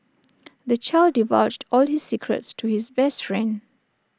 the child divulged all his secrets to his best friend